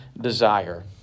desire